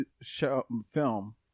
film